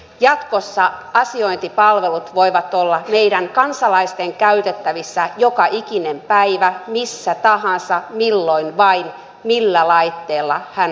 jatkossa asiointipalvelut voivat olla meidän kansalaisten käytettävissä joka ikinen päivä missä tahansa milloin vain ja millä laitteella kukin haluaa